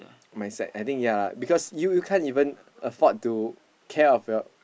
my side I think ya lah because you you can't even afford to care of your